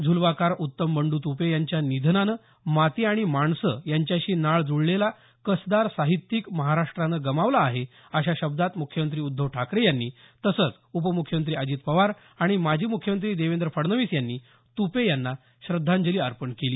झुलवाकार उत्तम बंडू तुपे यांच्या निधनानं माती आणि माणसं यांच्याशी नाळ जुळलेला कसदार साहित्यिक महाराष्ट्रानं गमावला आहे अशा शब्दात मुख्यमंत्री उद्धव ठाकरे यांनी तसंच उपमुख्यमंत्री अजित पवार आणि माजी मुख्यमंत्री देवेंद्र फडणवीस यांनी तुपे यांना श्रध्दांजली अर्पण केली